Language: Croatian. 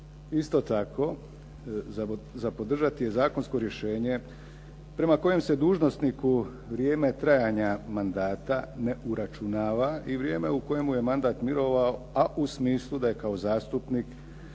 Isto tako za podržati je zakonsko rješenje prema kojem se dužnosniku vrijeme trajanja mandata ne uračunava i vrijeme u kojemu je mandat mirovao, a u smislu da je kao zastupnik